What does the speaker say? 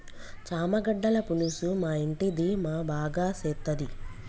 చామగడ్డల పులుసు మా ఇంటిది మా బాగా సేత్తది